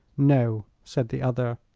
no, said the other.